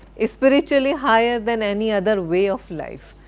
ah spiritually higher than any other way of life.